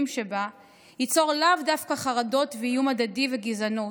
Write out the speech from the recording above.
שבה ייצור לאו דווקא חרדות ואיום הדדי וגזענות,